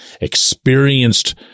experienced